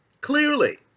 clearly